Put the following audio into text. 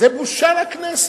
זו בושה לכנסת.